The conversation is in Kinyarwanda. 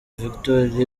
victory